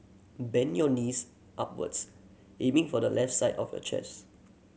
bend your knees upwards aiming for the left side of your chest